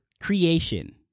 creation